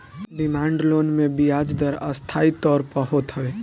demand loan मे बियाज दर अस्थाई तौर पअ होत हवे